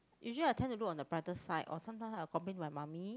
usually I tend to look on the brighter side or sometime I will complain to my mummy